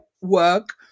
work